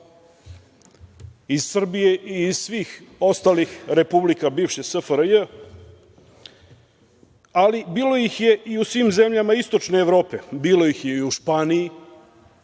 iz Srbije i iz svih ostalih republika bivše SFRJ, ali bilo ih je i u svim zemljama istočne Evrope. Bilo ih je i u Španiji